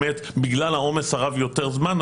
בגלל העומס הרב יותר זמן,